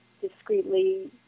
discreetly